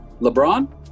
LeBron